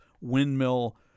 windmill